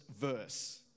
verse